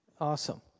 Awesome